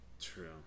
True